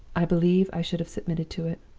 i believe i should have submitted to it.